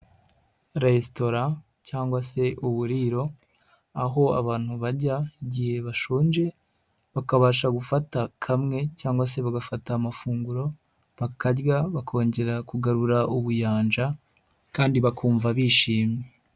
Resitora cyangwa se uburiro, aho abantu bajya igihe bashonje, bakabasha gufata kamwe cyangwa se bagafata amafunguro, bakarya bakongera kugarura ubuyanja kandi bakumva bishimye.